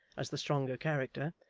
as the stronger character,